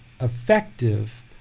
effective